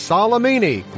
Salamini